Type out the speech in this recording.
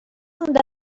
унта